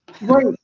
Right